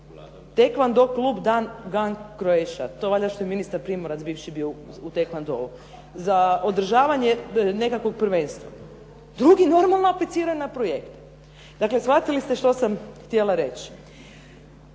Tekvando klub Damgan Croatia, to valjda što je ministar Primorac bivši bio u tekvandou, za održavanje nekakvog prvenstva. Drugi normalno apliciraju na projekte. Dakle, shvatili ste što sam htjela reći.